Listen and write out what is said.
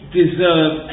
deserve